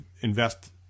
invest